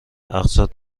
اقصا